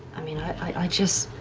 i mean, i just